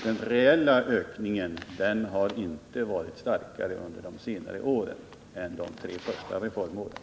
Den reella ökningen har inte varit större under de senare åren än under de tre första reformåren.